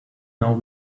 now